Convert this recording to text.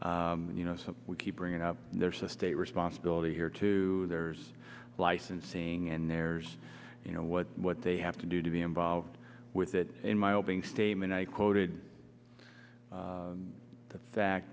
forsman you know so we keep bringing up their state responsibility here too there's licensing and there's you know what what they have to do to be involved with it in my opening statement i quoted the fact